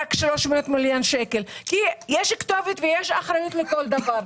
יש כתובת ויש אחריות לכל דבר.